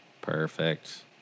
Perfect